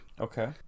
Okay